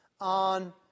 on